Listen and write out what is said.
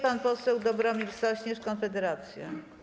Pan poseł Dobromir Sośnierz, Konfederacja.